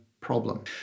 problem